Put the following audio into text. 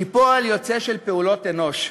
היא פועל יוצא של פעולות אנוש.